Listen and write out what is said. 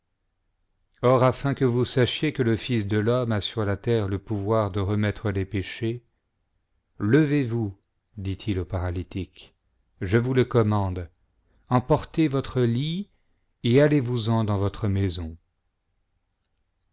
or afin que vous sachiez que le fils de itiomme a sur la terre le pouvoir de remettre les péchés levez-vous dit-il au paralytique je vous le commande emportez votre lit et allezvous en dans votre maison